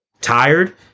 tired